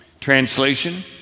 Translation